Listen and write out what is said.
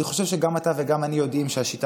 אני חושב שגם אתה וגם אני יודעים שהשיטה